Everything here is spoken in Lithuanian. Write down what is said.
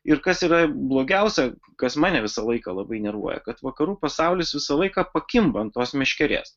ir kas yra blogiausia kas mane visą laiką labai nervuoja kad vakarų pasaulis visą laiką pakimba ant tos meškerės